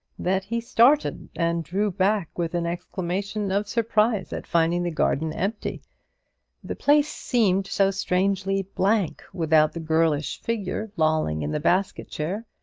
that he started and drew back with an exclamation of surprise at finding the garden empty the place seemed so strangely blank without the girlish figure lolling in the basket-chair.